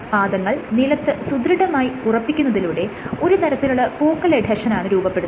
പാദങ്ങൾ നിലത്ത് സുദൃഢമായി ഉറപ്പിക്കുന്നതിലൂടെ ഒരു തരത്തിലുള്ള ഫോക്കൽ എഡ്ഹെഷനാണ് രൂപപ്പെടുന്നത്